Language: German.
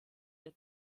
der